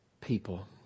people